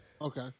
Okay